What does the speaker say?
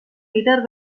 líder